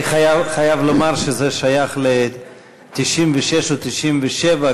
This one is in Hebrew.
אני חייב לומר שזה שייך ל-1996 או 1997,